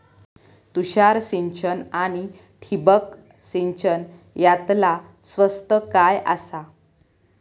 तुषार सिंचन आनी ठिबक सिंचन यातला स्वस्त काय आसा?